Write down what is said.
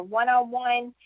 one-on-one